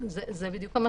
--- ובנוסף,